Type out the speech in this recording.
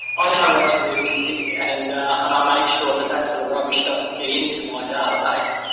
i know what's realistic and and i make sure that that sort of rubbish doesn't get into my database.